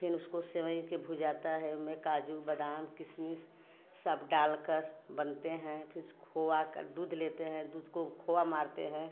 फिर उसको सेवईं के भुजाता है ओमे काजू बादाम किशमिश सब डालकर बनते हैं फिस खोया का दूध लेते हैं दूध को खोया मारते हैं